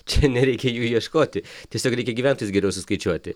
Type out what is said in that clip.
čia nereikia jų ieškoti tiesiog reikia gyventojus geriau suskaičiuoti